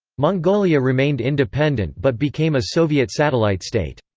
mongolia remained independent but became a soviet satellite state.